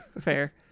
fair